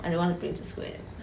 1 don't want to bring to school eh